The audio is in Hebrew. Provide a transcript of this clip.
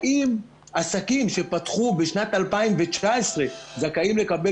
האם עסקים שפתחו בשנת 2019 זכאים לקבל